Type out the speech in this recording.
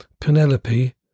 Penelope